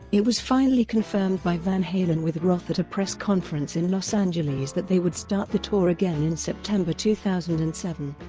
it was finally confirmed by van halen with roth at a press conference in los angeles that they would start the tour again in september two thousand and seven.